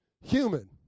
human